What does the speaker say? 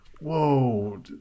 whoa